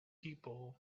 people